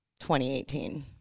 2018